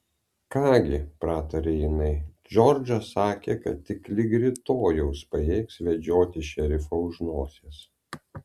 ką gi prataria jinai džordžą sakė kad tik lig rytojaus pajėgs vedžioti šerifą už nosies